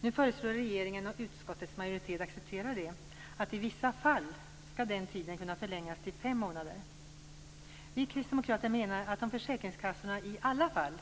Nu föreslår regeringen, och utskottets majoritet accepterar det, att i vissa fall skall den tiden kunna förlängas till fem månader. Vi kristdemokrater menar att om försäkringskassorna i alla fall